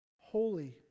holy